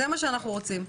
זה מה שאנחנו רוצים.